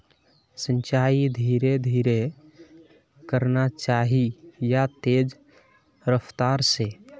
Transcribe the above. सिंचाई धीरे धीरे करना चही या तेज रफ्तार से?